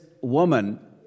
woman